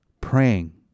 praying